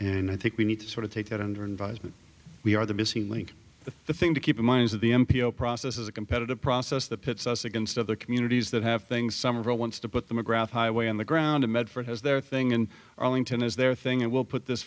and i think we need to sort of take that under investment we are the missing link the thing to keep in mind is that the m p o process is a competitive process that pits us against other communities that have things some real wants to put the mcgrath highway on the ground in medford has their thing and arlington is their thing it will put this